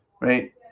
right